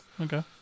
Okay